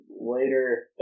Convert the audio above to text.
later